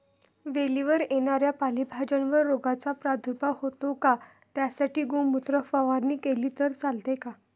वेलीवर येणाऱ्या पालेभाज्यांवर रोगाचा प्रादुर्भाव होतो का? त्यासाठी गोमूत्र फवारणी केली तर चालते का?